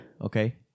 Okay